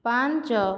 ପାଞ୍ଚ